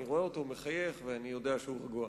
הוא מחייך, ואני יודע שהוא רגוע.